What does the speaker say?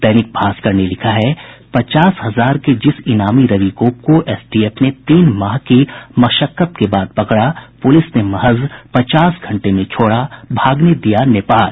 दैनिक भास्कर ने लिखा है पचास हजार के जिस ईनामी रवि गोप को एसटीएफ ने तीन माह की मशक्कत के बाद पकड़ा प्रलिस ने महज पचास घंटे में छोड़ा भागने दिया नेपाल